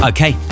Okay